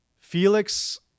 Felix